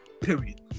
Period